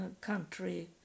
country